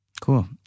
Cool